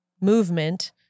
movement